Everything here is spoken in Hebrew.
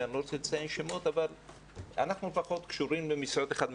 ואני לא לציין שמות אבל אנחנו לפחות במשרד אחד משותף,